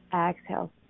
Exhale